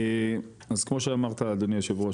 אז כמו שאמרת אדוני היושב ראש,